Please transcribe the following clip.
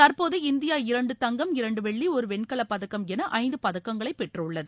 தற்போது இந்தியா இரண்டு தங்கம் இரண்டு வெள்ளி ஒரு வெண்கலப் பதக்கம் என இந்து பதக்கங்களை பெற்றுள்ளது